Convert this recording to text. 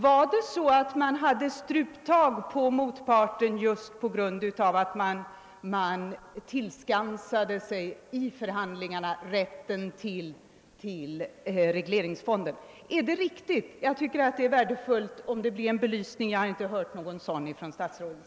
Var det så att man hade struptag på motparten och därigenom tillskansade sig rätten till regleringsfonden? Är det riktigt? Jag tycker det skulle vara värdefullt att av statsrådet få en belysning av dessa förhållanden.